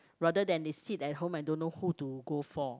rather than they sit at home and don't know who to go for